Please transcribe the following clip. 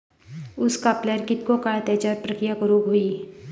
ऊस कापल्यार कितके काळात त्याच्यार प्रक्रिया करू होई?